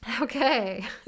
okay